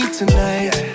tonight